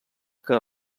que